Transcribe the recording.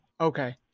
Okay